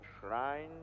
shrine